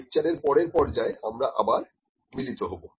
লেকচারের পরের পর্যায়ে আমরা আবার মিলিত হবো